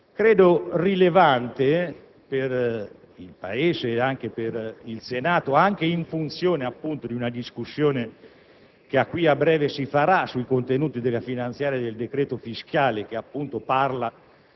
Credo sia rilevante per il Paese e per il Senato, anche in funzione della discussione che a breve si farà sui contenuti della finanziaria e del decreto fiscale che, appunto, parla